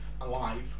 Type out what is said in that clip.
alive